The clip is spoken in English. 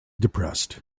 depressed